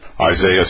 Isaiah